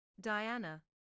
Diana